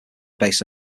based